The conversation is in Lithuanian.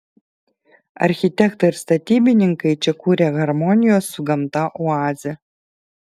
architektai ir statybininkai čia kuria harmonijos su gamta oazę